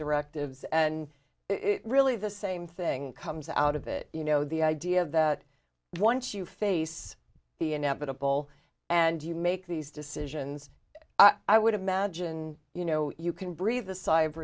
directives and it really the same thing comes out of it you know the idea that once you face the inevitable and you make these decisions i would imagine you know you can breathe a sigh of